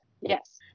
yes